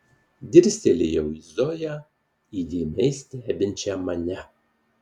dirstelėjau į zoją įdėmiai stebinčią mane